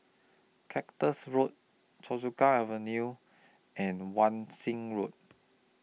Cactus Road Choa Chu Kang Avenue and Wan Shih Road